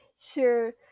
Sure